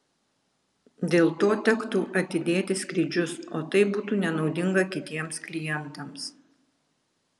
dėl to tektų atidėti skrydžius o tai būtų nenaudinga kitiems klientams